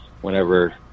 whenever